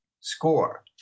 score